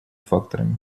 факторами